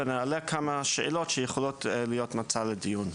ונעלה כמה שאלות שיכולות להיות מצע לדיון.